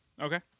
Okay